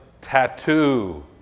tattoo